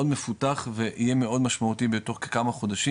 מפותח ויהיה מאוד משמעותי בתוך כמה חודשים,